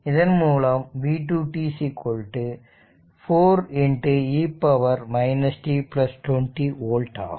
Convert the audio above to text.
இதன் மூலம் v2 t 4e t 20 volt ஆகும்